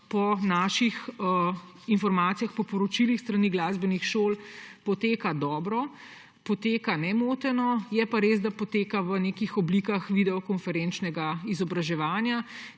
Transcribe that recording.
po naših informacijah, po poročilih s strani glasbenih šol ta trenutek poteka dobro, poteka nemoteno. Je pa res, da poteka v nekih oblikah videokonferenčnega izobraževanja,